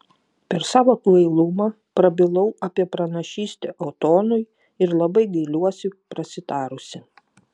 per savo kvailumą prabilau apie pranašystę otonui ir labai gailiuosi prasitarusi